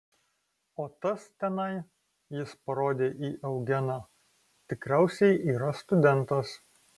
o tas tenai jis parodė į eugeną tikriausiai yra studentas